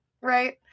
right